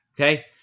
okay